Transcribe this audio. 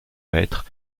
maître